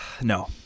No